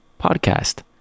podcast